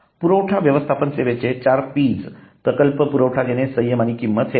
पुरवठा व्यवस्थापन सेवांचे 4Ps प्रकल्प पाठपुरावा घेणे संयम आणि किंमत हे आहे